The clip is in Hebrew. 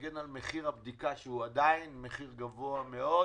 להתארגן על מחיר הבדיקה שהוא עדיין מחיר גבוה מאוד.